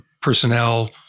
personnel